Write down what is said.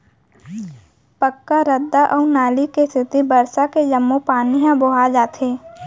पक्का रद्दा अउ नाली के सेती बरसा के जम्मो पानी ह बोहा जाथे